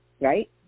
Right